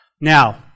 Now